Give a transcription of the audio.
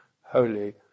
holy